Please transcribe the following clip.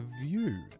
view